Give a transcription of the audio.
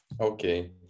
Okay